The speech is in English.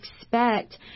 expect